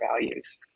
values